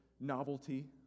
novelty